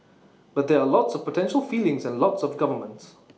but there are lots of potential feelings and lots of governments